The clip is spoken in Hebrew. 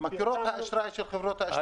מקורות האשראי של חברות האשראי